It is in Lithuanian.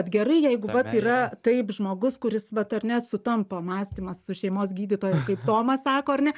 vat gerai jeigu vat yra taip žmogus kuris vat ar ne sutampa mąstymas su šeimos gydytoju kaip tomas sako ar ne